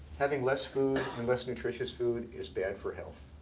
having less food, and less nutritious food, is bad for health.